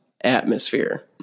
atmosphere